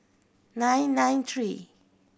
nine nine three